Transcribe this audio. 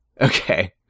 Okay